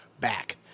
back